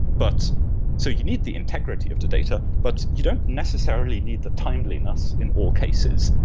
but so you need the integrity of the data, but you don't necessarily need the timeliness in all cases,